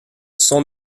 sont